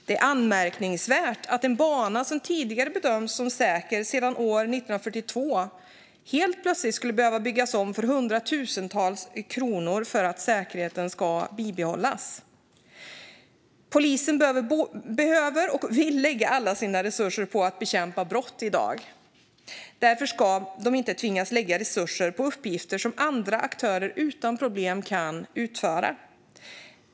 Det är anmärkningsvärt att en bana som sedan 1942 bedömts som säker helt plötsligt skulle behöva byggas om för hundratusentals kronor för att säkerheten ska bibehållas. Polisen behöver och vill i dag lägga alla sina resurser på att bekämpa brott. Därför ska de inte tvingas lägga resurser på uppgifter som andra aktörer utan problem kan utföra.